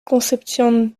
concepción